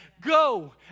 Go